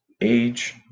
Age